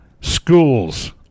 Schools